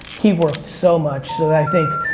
he worked so much. so, that i think,